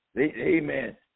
Amen